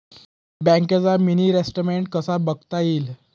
बँकेचं mini statement कसं बघता येईल?